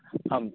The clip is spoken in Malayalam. ആം